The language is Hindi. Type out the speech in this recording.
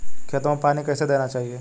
खेतों में पानी कैसे देना चाहिए?